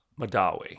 Madawi